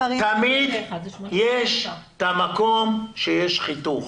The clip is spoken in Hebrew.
את המקום בו יש חיתוך.